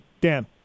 Dan